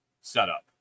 setup